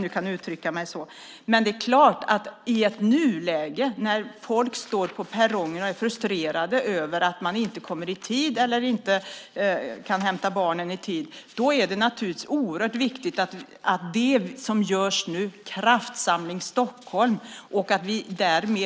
Nu står folk på perrongen och är frustrerade över att man inte kommer i tid för att hämta barnen till exempel. Då är det naturligtvis oerhört viktigt med Kraftsamling Stockholm, att vi